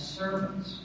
servants